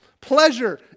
pleasure